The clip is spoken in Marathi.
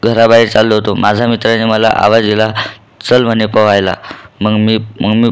घराबाहेर चाललो होतो माझा मित्राने मला आवाज दिला चल म्हणे पवायला मग मी मग मी